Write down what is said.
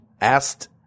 Asked